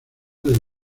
del